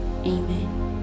amen